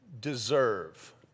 deserve